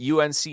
UNC